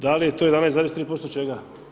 Da li je to 11,3% čega?